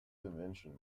invention